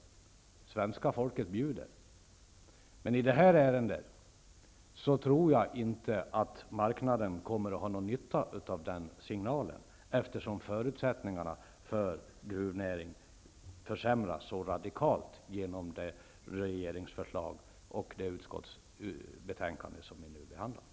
Svenska folket bjuder! Men i det här ärendet tror jag inte att marknaden kommer att ha någon nytta av den signalen, eftersom förutsättningarna för gruvnäringen försämras så radikalt genom det regeringsförslag och det utskottsbetänkande som vi nu behandlar.